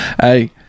Hey